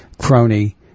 Crony